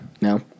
No